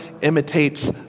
imitates